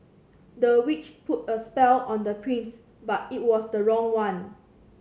the witch put a spell on the prince but it was the wrong one